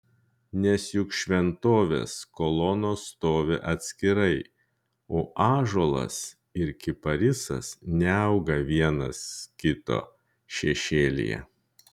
nes juk šventovės kolonos stovi atskirai o ąžuolas ir kiparisas neauga vienas kito šešėlyje